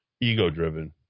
ego-driven